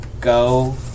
go